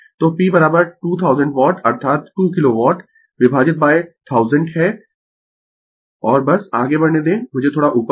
तो P 2000 watt अर्थात 2 kilowatt विभाजित 1000 है और बस आगें बढ़ने दें मुझे थोड़ा ऊपर और